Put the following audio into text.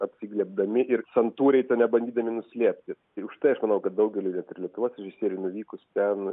apsiglėbdami ir santūriai to nebandydami nuslėpti ir už tai aš manau kad daugeliui net ir lietuvos režisierių nuvykus ten